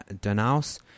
Danaus